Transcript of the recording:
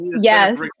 Yes